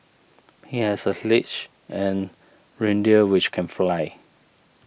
he has a sleigh and reindeer which can fly